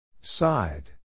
Side